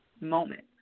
moment